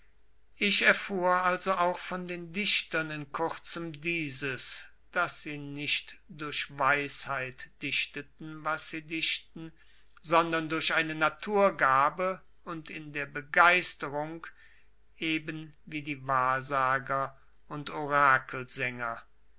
ich erfuhr also auch von den dichtern in kurzem dieses daß sie nicht durch weisheit dichteten was sie dichten sondern durch eine naturgabe und in der begeisterung eben wie die wahrsager und